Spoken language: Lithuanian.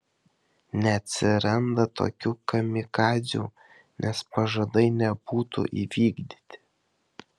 neatsiranda tokių kamikadzių nes pažadai nebūtų įvykdyti